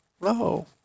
No